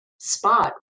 spot